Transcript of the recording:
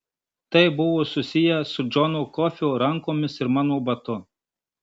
tai buvo susiję su džono kofio rankomis ir mano batu